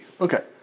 Okay